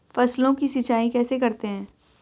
फसलों की सिंचाई कैसे करते हैं?